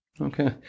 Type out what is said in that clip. Okay